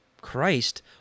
Christ